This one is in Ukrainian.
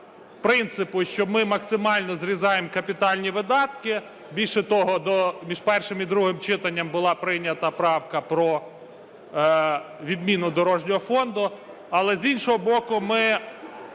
принципу, що ми максимально зрізуємо капітальні видатки, більше того, між першим і другим читанням була прийнята правка про відміну дорожнього фонду, але, з іншого боку, ми